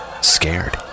scared